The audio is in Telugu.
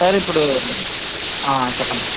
సార్ ఇప్పుడు చెప్పండి సార్